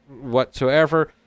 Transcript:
whatsoever